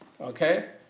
Okay